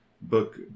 book